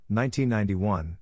1991